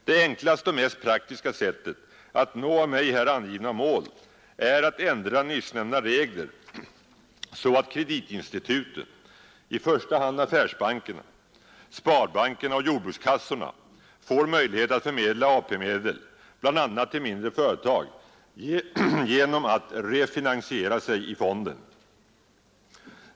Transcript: Det enklaste och mest praktiska sättet att nå av mig här angivna mål är att ändra nyssnämnda regler så att kreditinstituten, i första hand affärsbankerna, sparbankerna och jordbrukskassorna, får möjlighet att förmedla AP-medel bl.a. till mindre företag genom att refinansiera sig i fonden.